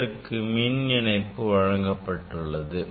இதற்கு மின் இணைப்பு வழங்கப்பட்டுள்ளது